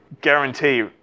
guarantee